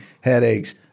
headaches